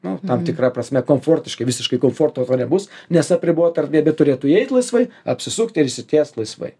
nu tam tikra prasme komfortiškai visiškai komforto nebus nes apribota erdvė bet turėtų įeit laisvai apsisukt ir išsitiest laisvai